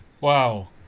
wow